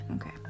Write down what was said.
okay